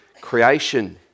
creation